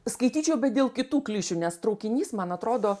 skaityčiau bet dėl kitų klišių nes traukinys man atrodo